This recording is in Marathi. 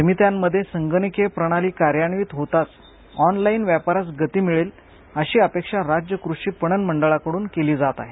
समित्यांमध्ये संगणकीय प्रणाली कार्यान्वित होताच ऑनलाईन व्यापारास गती मिळेल अशी अपेक्षा राज्य कृषी पणन मंडळाकडून केली जात आहे